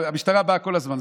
והמשטרה באה כל הזמן,